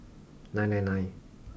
nine nine nine